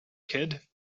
kid